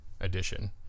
edition